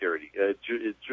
security